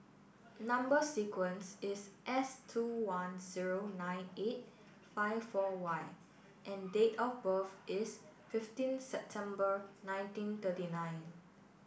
number sequence is S two one zero nine eight five four Y and date of birth is fifteen September nineteen thirty nine